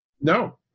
No